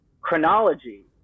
chronology